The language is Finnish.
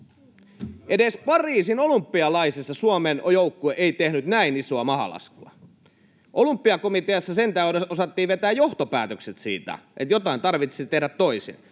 Edes Pariisin olympialaisissa Suomen joukkue ei tehnyt näin isoa mahalaskua. Olympiakomiteassa sentään osattiin vetää johtopäätökset siitä, että jotain tarvitsisi tehdä toisin.